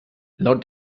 laut